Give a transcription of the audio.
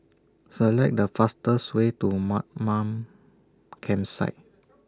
Select The fastest Way to Mamam Campsite